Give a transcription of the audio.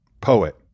poet